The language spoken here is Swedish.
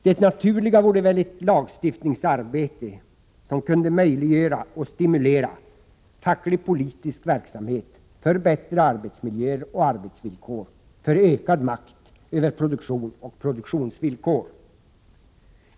Det naturliga vore väl ett lagstiftningsarbete som kunde möjliggöra och stimulera facklig-politisk verksamhet för bättre arbetsmiljöer och arbetsvillkor, för ökad makt över produktion och produktionsvillkor.